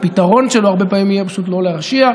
הפתרון שלו הרבה פעמים יהיה פשוט לא להרשיע,